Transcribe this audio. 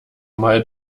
mal